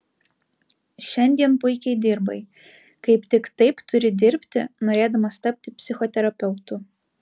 šiandien puikiai dirbai kaip tik taip turi dirbti norėdamas tapti psichoterapeutu